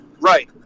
right